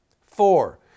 Four